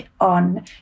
on